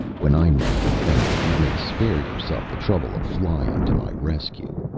when i need a defender, you may spare yourself the trouble of flying to my rescue.